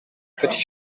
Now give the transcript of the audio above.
petit